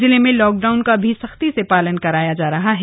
जिले में लॉकडाउन का भी सख्ती से पालन कराया जा रहा है